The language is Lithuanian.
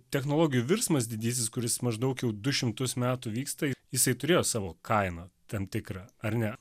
technologijų virsmas didysis kuris maždaug jau du šimtus metų vyksta jisai turėjo savo kainą tam tikrą ar ne